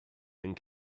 and